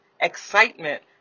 excitement